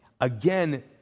again